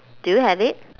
do you have it